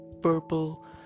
purple